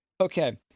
okay